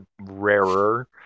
rarer